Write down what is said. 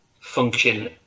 function